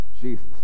Jesus